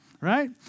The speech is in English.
right